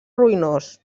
ruïnós